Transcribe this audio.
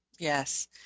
Yes